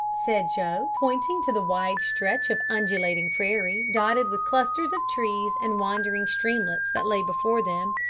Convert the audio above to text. said joe, pointing to the wide stretch of undulating prairie, dotted with clusters of trees and wandering streamlets, that lay before them